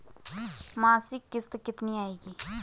मासिक किश्त कितनी आएगी?